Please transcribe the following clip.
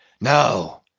NO